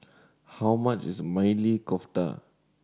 how much is Maili Kofta